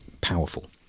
powerful